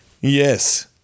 Yes